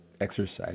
exercise